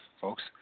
folks